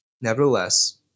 Nevertheless